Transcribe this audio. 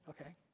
Okay